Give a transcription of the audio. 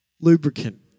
lubricant